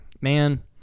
man